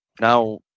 Now